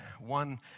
one